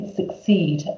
succeed